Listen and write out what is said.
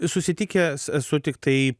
susitikęs esu tiktai